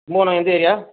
கும்பகோணம் எந்த ஏரியா